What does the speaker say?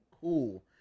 cool